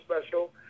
special